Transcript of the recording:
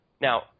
Now